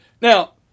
Now